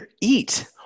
eat